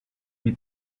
lui